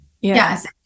Yes